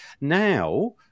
now